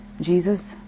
Jesus